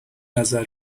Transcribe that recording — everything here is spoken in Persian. نظر